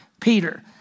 Peter